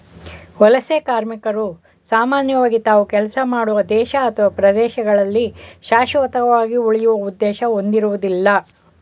ವಲಸೆ ಕಾರ್ಮಿಕರು ಸಾಮಾನ್ಯವಾಗಿ ತಾವು ಕೆಲಸ ಮಾಡುವ ದೇಶ ಅಥವಾ ಪ್ರದೇಶದಲ್ಲಿ ಶಾಶ್ವತವಾಗಿ ಉಳಿಯುವ ಉದ್ದೇಶ ಹೊಂದಿರುವುದಿಲ್ಲ